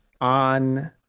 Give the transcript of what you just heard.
on